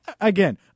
Again